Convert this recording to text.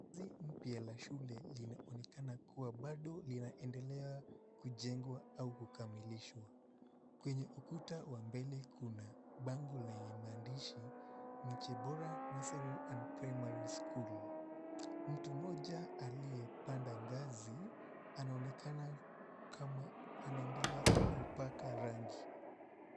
Jengo mpya la shule linaonekana bado linaendelea kujengwa au kukamilishwa. Kwenye ukuta wa mbele kuna bango lenye maandishi, Miche Bora Nursery Primary School. Mtu mmoja aliyepanda ngani anaonekana kama anaendelea kupaka rangi.